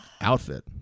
outfit